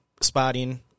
spotting